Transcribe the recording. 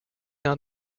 not